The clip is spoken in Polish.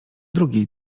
drugi